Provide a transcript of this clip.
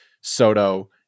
Soto